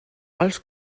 els